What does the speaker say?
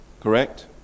correct